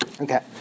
Okay